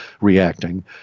reacting